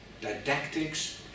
didactics